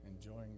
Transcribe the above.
enjoying